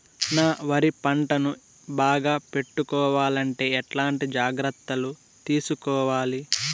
నా వరి పంటను బాగా పెట్టుకోవాలంటే ఎట్లాంటి జాగ్రత్త లు తీసుకోవాలి?